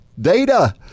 data